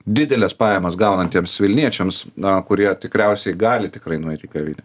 dideles pajamas gaunantiems vilniečiams na kurie tikriausiai gali tikrai nueit į kavinę